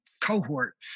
cohort